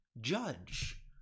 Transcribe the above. judge